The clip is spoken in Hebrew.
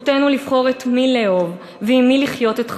וזכותנו לבחור את מי לאהוב ועם מי לחיות את חיינו.